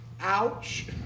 Ouch